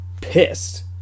Pissed